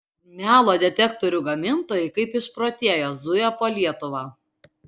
melo detektorių gamintojai kaip išprotėję zuja po lietuvą